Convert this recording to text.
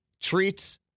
treats